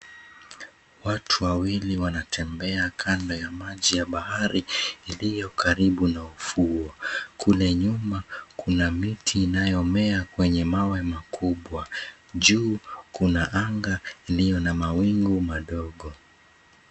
Watu wawili wanatembea kando ya maji ya bahari ili𝑦o karibu na ufuo. Kule nyuma, kuna miti inayomea kwenye mawe makubwa. Juu, kuna anga ilio na mawingu madogo.